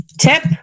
Tip